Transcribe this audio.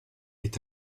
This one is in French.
est